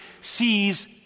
sees